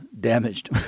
damaged